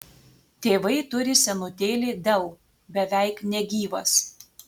tėvai turi senutėlį dell beveik negyvas